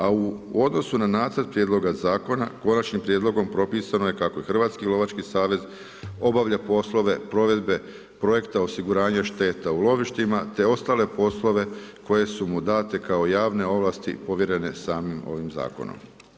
A u odnosu na nacrt prijedlogom zakona, konačnim prijedlogom propisano je kako je Hrvatski lovački savez, obavlja poslove provedbe projekte osiguranje šteta u lovištima, te ostale poslove koje su mu date kao javne ovlasti povjerenje samim ovim zakonom.